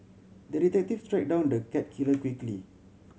the detective tracked down the cat killer quickly